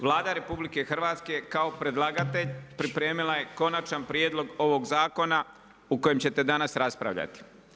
Vlada RH kao predlagatelj pripremila je konačan prijedlog ovog zakona o kojem ćete danas raspravljati.